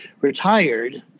retired